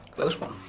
close one!